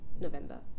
November